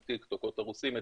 --- הרוסים,